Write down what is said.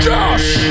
Josh